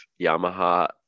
Yamaha